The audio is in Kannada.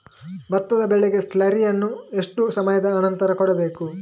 ಭತ್ತದ ಬೆಳೆಗೆ ಸ್ಲಾರಿಯನು ಎಷ್ಟು ಸಮಯದ ಆನಂತರ ಕೊಡಬೇಕು?